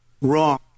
wrong